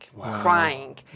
crying